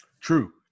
True